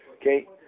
Okay